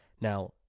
Now